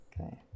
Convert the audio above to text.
Okay